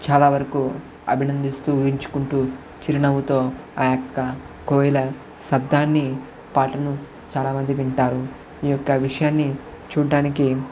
చాలావరకు అభినందిస్తూ ఊహించుకుంటూ చిరునవ్వుతో ఆ యొక్క కోయిల శబ్దాన్ని పాటను చాలామంది వింటారు ఈ యొక్క విషయాన్ని చూడ్డానికి